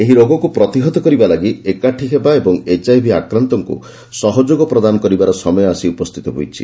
ଏହି ରୋଗକୁ ପ୍ରତିହତ କରିବା ଲାଗି ଏକାଠି ହେବା ଏବଂ ଏଚ୍ଆଇଭି ଆକ୍ରାନ୍ତଙ୍କୁ ସହଯୋଗ ପ୍ରଦାନ କରିବାର ସମୟ ଆସି ଉପସ୍ଥିତ ହୋଇଛି